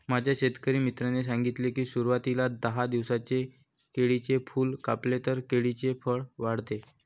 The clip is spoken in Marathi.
माझ्या शेतकरी मित्राने सांगितले की, सुरवातीला दहा दिवसांनी केळीचे फूल कापले तर केळीचे फळ वाढते